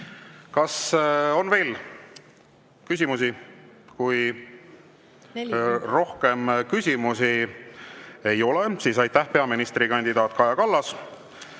on veel küsimusi? Kui rohkem küsimusi ei ole, siis aitäh, peaministrikandidaat Kaja Kallas!